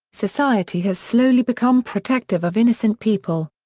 society has slowly become protective of innocent people.